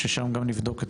ובה גם נבדוק את